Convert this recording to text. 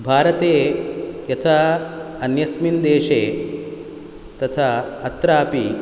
भारते यथा अन्यस्मिन् देशे तथा अत्रापि